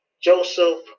Joseph